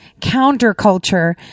counterculture